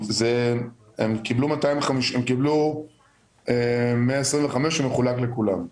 הם יקבלו 125 שמחולק לכולם.